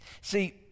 See